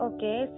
Okay